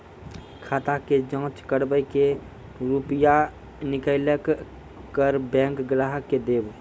खाता के जाँच करेब के रुपिया निकैलक करऽ बैंक ग्राहक के देब?